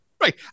Right